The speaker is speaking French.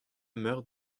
meurt